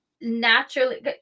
Naturally